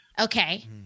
Okay